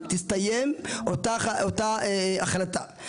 תסתיים אותה החלטה,